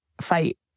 fight